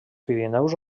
pirineus